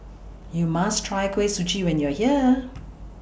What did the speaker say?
YOU must Try Kuih Suji when YOU Are here